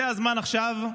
זה הזמן עכשיו,